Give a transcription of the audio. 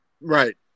Right